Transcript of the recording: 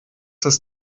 das